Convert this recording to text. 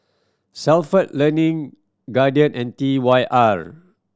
Stalford Learning Guardian and T Y R